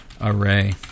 array